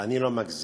ואני לא מגזים.